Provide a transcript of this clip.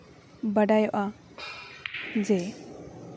ᱵᱟᱰᱟᱭᱚᱜᱼᱟ ᱡᱮ